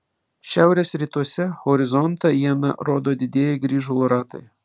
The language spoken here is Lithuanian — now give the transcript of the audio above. šiaurės rytuose horizontą iena rodo didieji grįžulo ratai